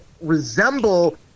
resemble